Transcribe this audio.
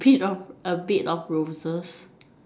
bit of a bed of roses